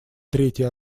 третий